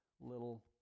little